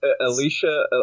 Alicia